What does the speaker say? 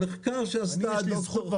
במחקר שעשתה -- זכור,